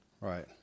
right